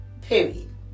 period